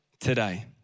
today